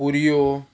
पुऱ्यो